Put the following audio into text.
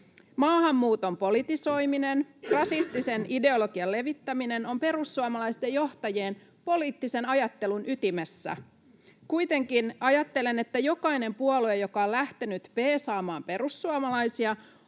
Maahanmuuton politisoiminen, rasistisen ideologian levittäminen on perussuomalaisten johtajien poliittisen ajattelun ytimessä. [Jani Mäkelä: Tämäkö tämän keskustelun tarkoitus oli siis?] Kuitenkin ajattelen, että jokainen puolue, joka on lähtenyt peesaamaan perussuomalaisia,